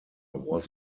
was